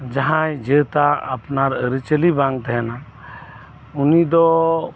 ᱡᱟᱦᱟᱸᱭ ᱡᱟᱹᱛᱟᱜ ᱟᱯᱱᱟᱨ ᱟᱹᱨᱤᱪᱟᱹᱞᱤ ᱵᱟᱝ ᱛᱟᱦᱮᱱᱟ ᱩᱱᱤᱫᱚ